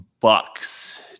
Bucks